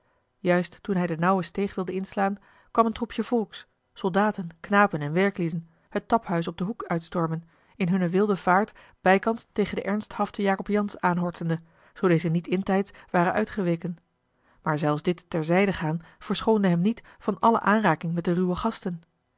juist toen hij de nauwe steeg wilde inslaan kwam een troepje volks soldaten knapen en werklieden het taphuis op den hoek uitstormen in hunne wilde vaart bijkans tegen den ernsthaften jacob jansz aanhortende zoo deze niet intijds ware uitgeweken maar zelfs dit ter zijde gaan verschoonde hem niet van alle aanraking met de ruwe gasten